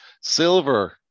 Silver